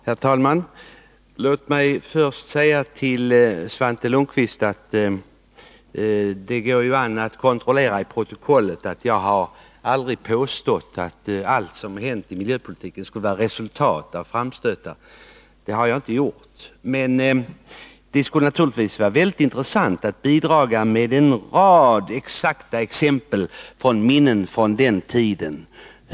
Herr talman! Låt mig först säga till Svante Lundkvist, att det kan kontrolleras i protokollet att jag aldrig har påstått att allt som har hänt i miljöpolitiken skulle vara resultatet av framstötar. Men det vore naturligtvis mycket intressant att bidra med en rad exakta exempel från minnen under den tiden.